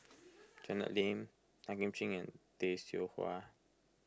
Janet Lim Tan Kim Ching and Tay Seow Huah